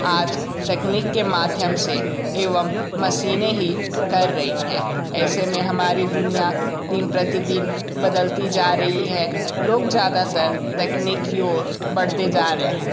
आज तकनीक के माध्यम से एवं मसीने ही कर रही हैं ऐसे में हमारी दुनिया दिन प्रतिदिन बदलती जा रही है लोग ज़्यादातर तकनीक की ओर बढ़ते जा रहे हैं